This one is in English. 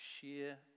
sheer